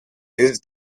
his